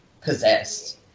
possessed